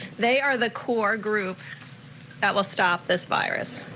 they are the core group that will stop this virus.